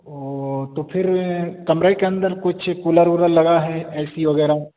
او تو پھر کمرے کے اندر کچھ کولر اورل لگا ہے اے سی وغیرہ